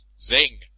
Zing